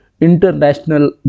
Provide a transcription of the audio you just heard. International